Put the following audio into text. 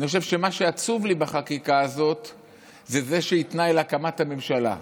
מה שעצוב לי בחקיקה הזאת זה שהיא תנאי להקמת הממשלה.